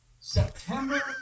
September